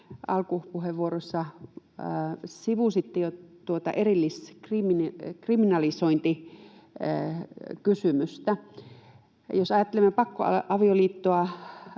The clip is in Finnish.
alkupuheenvuorossanne sivusitte jo tuota erilliskriminalisointikysymystä. Jos ajattelemme pakkoavioliittoa